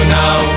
now